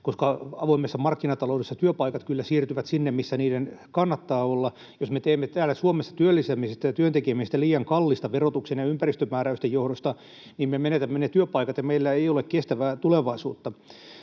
koska avoimessa markkinataloudessa työpaikat kyllä siirtyvät sinne, missä niiden kannattaa olla. Jos me teemme täällä Suomessa työllistämisestä ja työntekijöistämme liian kalliita verotuksen ja ympäristömääräysten johdosta, niin me menetämme ne työpaikat ja meillä ei ole kestävää tulevaisuutta.